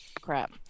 crap